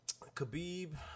Khabib